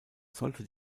sollte